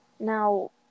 now